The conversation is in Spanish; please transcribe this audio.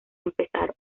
empezar